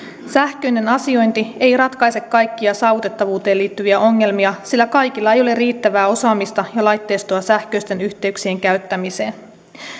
sähköinen asiointi ei ratkaise kaikkia saavutettavuuteen liittyviä ongelmia sillä kaikilla ei ole riittävää osaamista ja laitteistoa sähköisten yhteyksien käyttämiseen